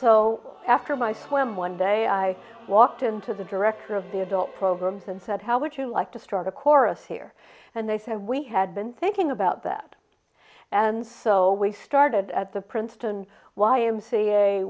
so after my swim one day i walked into the director of the adult programs and said how would you like to start a chorus here and they said we had been thinking about that and so we started at the princeton y